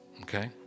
okay